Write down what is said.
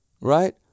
right